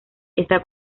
esta